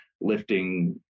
lifting